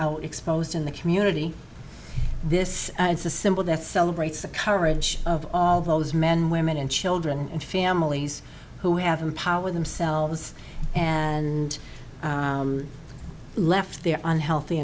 out exposed in the community this is a symbol that celebrates the courage of all those men women and children and families who have empower themselves and left their unhealthy